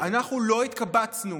אנחנו לא התקבצנו